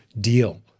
deal